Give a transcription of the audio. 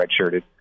redshirted